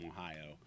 Ohio